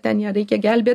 ten ją reikia gelbėt